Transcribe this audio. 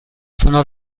zona